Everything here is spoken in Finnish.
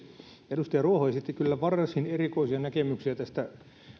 edustaja ruoho esitti kyllä varsin erikoisia näkemyksiä näistä